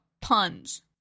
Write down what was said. puns